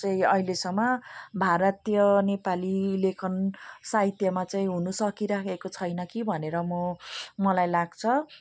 चाहिँ अहिलेसम्म भारतीय नेपाली लेखन साहित्यमा चाहिँ हुनु सकिराखेको छैन कि भनेर म मलाई लाग्छ